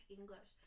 English